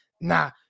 nah